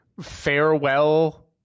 farewell